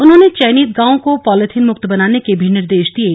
उन्होंने चयनित गांवों को पॉलिथीन मुक्त बनाने के भी निर्देश दिये